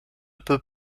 peut